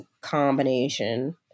combination